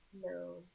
No